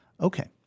Okay